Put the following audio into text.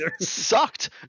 sucked